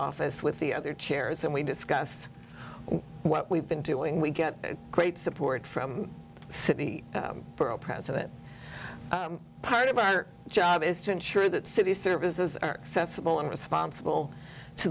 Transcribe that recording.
office with the other chairs and we discuss what we've been doing we get great support from city borough president part of our job is to ensure that city services are sensible and responsible to